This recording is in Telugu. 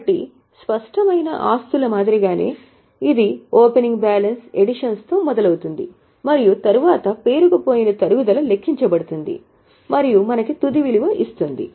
కాబట్టి స్పష్టమైన ఆస్తుల మాదిరిగానే ఇది ఓపెనింగ్ బ్యాలెన్స్ ఎడిషన్స్ తో మొదలవుతుంది మరియు తరువాత పేరుకుపోయిన తరుగుదల లెక్కించబడుతుంది మరియు మనకి తుది విలువ వస్తుంది